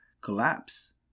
collapse